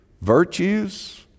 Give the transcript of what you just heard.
virtues